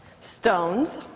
Stones